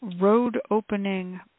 road-opening